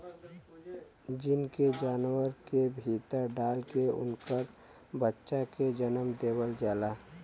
gene के जानवर के भीतर डाल के उनकर बच्चा के जनम देवल जाला